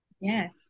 Yes